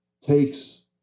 takes